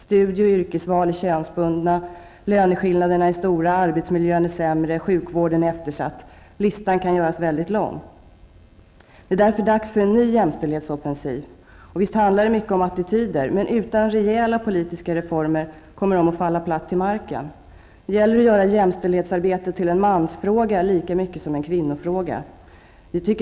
Studie-och yrkesval är könsbundna. Löneskillnaderna är stora. Arbetsmiljön är sämre. Sjukvården är eftersatt. Listan kan göras lång. Det är därför dags för en ny jämställdhetsoffensiv. Visst handlar det mycket om attityder. Men utan rejäla politiska reformer faller dessa platt till marken. Det gäller att göra jämställdhetsarbetet till en mansfråga, lika mycket som en kvinnofråga.